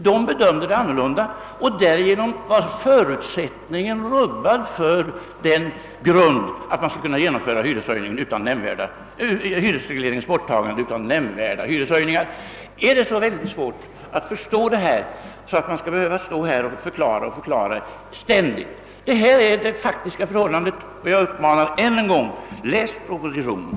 De bedömde sakerna annorlunda, och därigenom var förutsättningen rubbad för att man skulle kunna genomföra hyresregleringens borttagande utan mnämnvärda hyreshöjningar. Är detta så svårt att förstå, att man ständigt skall behöva förklara det? Det är det faktiska förhållandet. Jag uppmanar än en gång: Läs propositionen!